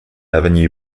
avenue